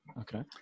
Okay